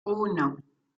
uno